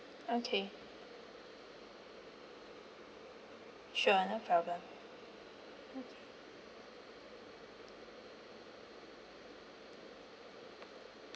okay sure no problem